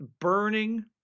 burning